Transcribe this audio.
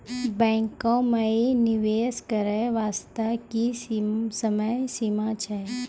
बैंको माई निवेश करे बास्ते की समय सीमा छै?